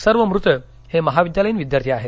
सर्व मृत हे महाविद्यालयीन विद्यार्थी आहेत